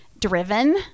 driven